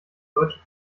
deutsche